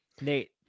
nate